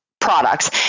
products